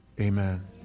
amen